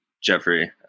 Jeffrey